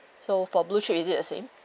so for blue chip is it the same